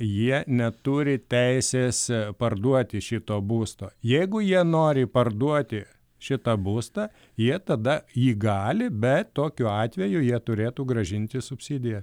jie neturi teisės parduoti šito būsto jeigu jie nori parduoti šitą būstą jie tada jį gali bet tokiu atveju jie turėtų grąžinti subsidiją